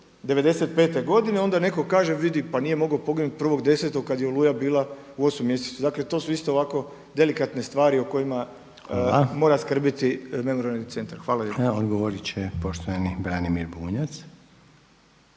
'95. godine onda netko kaže vidi, pa nije mogao poginuti 1.10. kada je Oluja bila u 8. mjesecu, dakle to su isto ovako delikatne stvari o kojima mora skrbiti memorijalni centar. Hvala lijepo. **Reiner, Željko